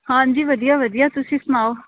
ਹਾਂਜੀ ਵਧੀਆ ਵਧੀਆ ਤੁਸੀਂ ਸੁਣਾਓ